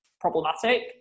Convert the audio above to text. problematic